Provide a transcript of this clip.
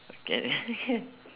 can